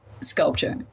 sculpture